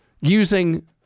using